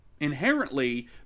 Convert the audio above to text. inherently